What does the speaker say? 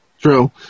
True